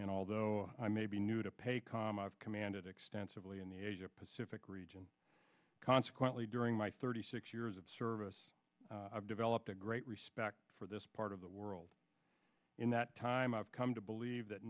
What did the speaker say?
and although i may be new to pay com of commanded extensively in the asia pacific region consequently during my thirty six years of service i've developed a great respect for this part of the world in that time i've come to believe that